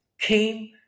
came